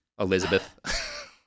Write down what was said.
Elizabeth